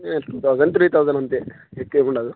ట thousand three thousand అంతే ఎక్వ ఉండదు